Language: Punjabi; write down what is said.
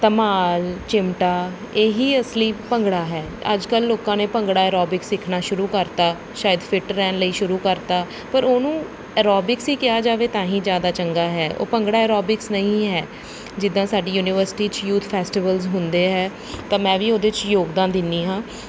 ਧਮਾਲ ਚਿਮਟਾ ਇਹੀ ਅਸਲੀ ਭੰਗੜਾ ਹੈ ਅੱਜ ਕੱਲ ਲੋਕਾਂ ਨੇ ਭੰਗੜਾ ਐਰੋਬਿਕਸ ਸਿੱਖਣਾ ਸ਼ੁਰੂ ਕਰਤਾ ਸ਼ਾਇਦ ਫਿੱਟ ਰਹਿਣ ਲਈ ਸ਼ੁਰੂ ਕਰਤਾ ਪਰ ਉਹਨੂੰ ਐਰੋਬਿਕਸ ਹੀ ਕਿਹਾ ਜਾਵੇ ਤਾਂ ਹੀ ਜ਼ਿਆਦਾ ਚੰਗਾ ਹੈ ਉਹ ਭੰਗੜਾ ਐਰੋਬਿਕਸ ਨਹੀਂ ਹੈ ਜਿੱਦਾਂ ਸਾਡੀ ਯੂਨੀਵਰਸਿਟੀ 'ਚ ਯੂਥ ਫੈਸਟੀਵਲਸ ਹੁੰਦੇ ਹੈ ਤਾਂ ਮੈਂ ਵੀ ਉਹਦੇ 'ਚ ਯੋਗਦਾਨ ਦਿੰਦੀ ਹਾਂ